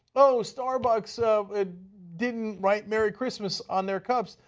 oh, starbucks, ah, didn't write merry christmas on their cups.